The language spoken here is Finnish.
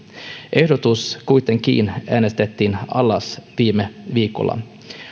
ehdotus kuitenkin äänestettiin alas viime viikolla